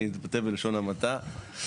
אני אומר בלשון המעטה,